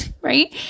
right